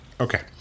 Okay